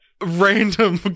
random